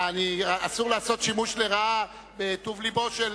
חברת הכנסת, אסור לעשות שימוש לרעה בטוב לבו של,